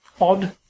odd